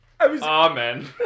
Amen